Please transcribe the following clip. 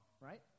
right